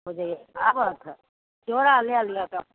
ओजे आबऽ तऽ झोरा लै लिअ तऽ